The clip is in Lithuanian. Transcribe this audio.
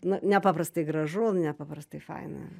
na nepaprastai gražu nepaprastai faina